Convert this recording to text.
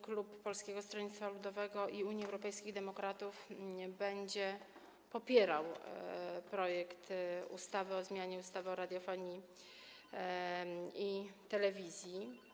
Klub Polskiego Stronnictwa Ludowego i Unii Europejskich Demokratów będzie popierał projekt ustawy o zmianie ustawy o radiofonii i telewizji.